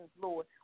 Lord